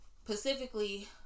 specifically